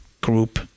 group